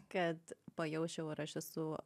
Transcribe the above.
kad pajausčiau ar aš esu